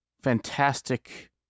fantastic